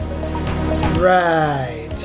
Right